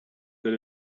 that